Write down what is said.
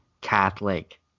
catholic